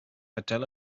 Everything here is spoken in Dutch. vertel